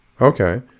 Okay